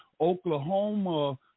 Oklahoma